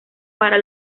para